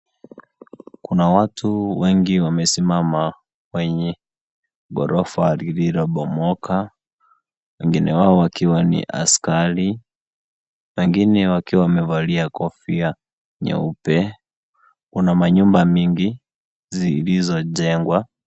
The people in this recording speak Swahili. Kuna watu wengi wamesimama kwenye ghorofa lililobomoka, wengine wao wakiwa ni askari, wengine wakiwa wamevalia kofia nyeupe, kuna manyumba mingi zilizojengwa.